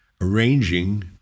arranging